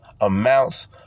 amounts